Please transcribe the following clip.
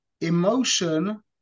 Emotion